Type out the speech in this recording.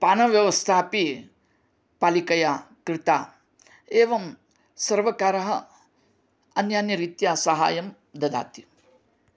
पानव्यवस्था अपि पालिकया कृता एवं सर्वकारः अन्यान्यरीत्या साहाय्यं ददाति